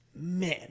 Man